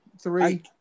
three